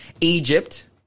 Egypt